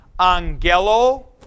Angelo